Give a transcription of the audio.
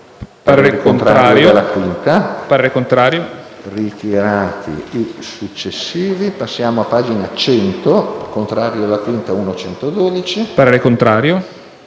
parere contrario